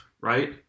right